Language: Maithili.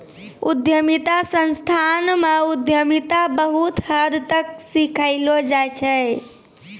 उद्यमिता संस्थान म उद्यमिता बहुत हद तक सिखैलो जाय छै